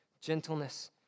gentleness